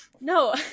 no